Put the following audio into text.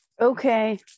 Okay